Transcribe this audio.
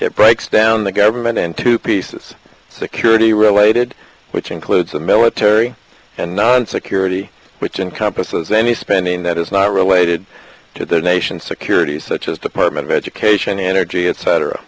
it breaks down the government into pieces security related which includes the military and not on security which encompasses any spending that is not related to the nation's security such as department of education energy et